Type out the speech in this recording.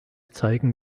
zeigen